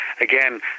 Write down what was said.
Again